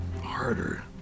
harder